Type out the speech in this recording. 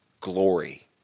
glory